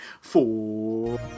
four